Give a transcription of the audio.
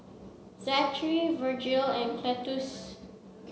Zachery Virgle and Cletus